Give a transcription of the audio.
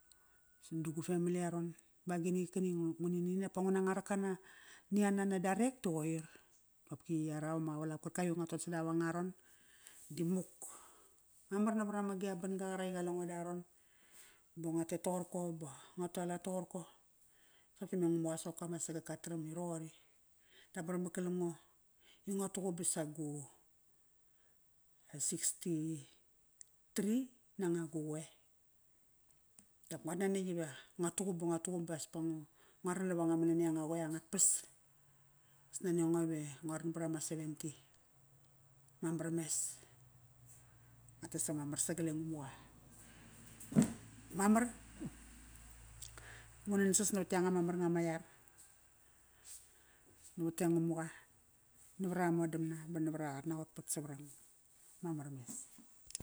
Nadagu family aron bagini qarkini i ngunini pa ngunanga raka niana nadarek ta qoir. Qopki yarap ama qavalap karkap nga ton sadau angararon. Di muk. Mamar navarama gia ban-ga qrak i qale ngo daron ba ngo tet toqorko ba ngua tualat toqorko. Soqop ta me ngamuqa soqopka ma sagak ka taram i roqori. Dap mamar kalam ngo i ngua tuqum ba sa gu sixty-three nanga gu qoe. Dap ngut nanetk iva ngu tuqum ba ngua tuqum bas pa ngu, ngua ran navanga manania anga qoe angat pas. As nania ngo ive ngo ran barama seventy. Mamar, mes, nga tes ama mar sagale Ngamuqa. Mamar. Ngu nansas navat yanga ma marnga.